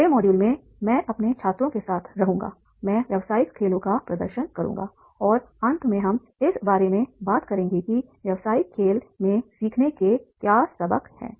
अगले मॉड्यूल में मैं अपने छात्रों के साथ रहूंगा मैं व्यावसायिक खेलों का प्रदर्शन करूंगा और अंत में हम इस बारे में बात करेंगे कि व्यावसायिक खेल में सीखने के क्या सबक हैं